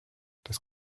das